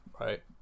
right